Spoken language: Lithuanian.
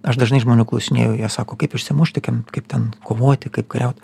aš dažnai žmonių klausinėju jie sako kaip išsimušti kaip ten kovoti kaip kariaut